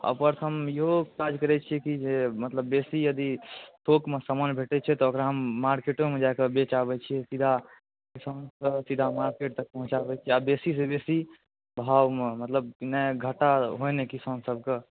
उपरसँ हम ईहो काज करै छिए कि जे मतलब बेसी यदि थोकमे समान भेटै छै तऽ ओकरा हम मार्केटोमे जाकऽ बेच आबै छिए सीधा किसानसँ सीधा मार्केट तक पहुँचाबै छिए आओर बेसीसँ बेसी भावमे मतलब नहि घाटा होइ नहि किसान सबके